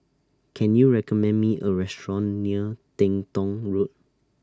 Can YOU recommend Me A Restaurant near Teng Tong Road